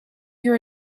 your